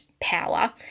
power